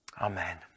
amen